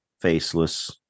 faceless